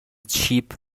چیپ